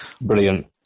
brilliant